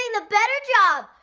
the better job?